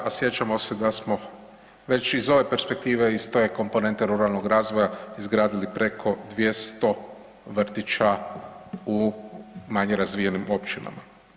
A sjećamo se da smo već iz ove perspektive, iz te komponente ruralnog razvoja izgradili preko 200 vrtića u manje razvijenim općinama.